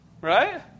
right